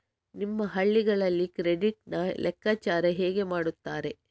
ನಮ್ಮ ಹಳ್ಳಿಗಳಲ್ಲಿ ಕ್ರೆಡಿಟ್ ನ ಲೆಕ್ಕಾಚಾರ ಹೇಗೆ ಮಾಡುತ್ತಾರೆ?